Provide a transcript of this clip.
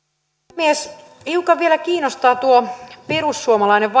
puhemies hiukan vielä kiinnostaa tuo perussuomalainen vaihtoehto